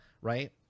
right